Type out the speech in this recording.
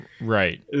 Right